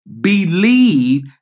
believe